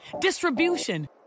distribution